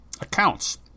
accounts